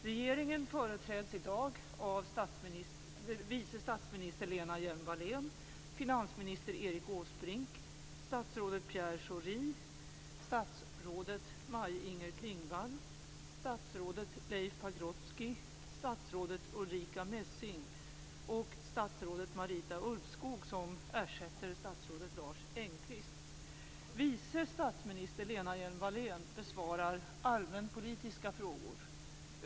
Regeringen företräds i dag av vice statsminister Lena Hjelm-Wallén, finansminister Erik Vice statsminister Lena Hjelm-Wallén besvarar allmänpolitiska frågor.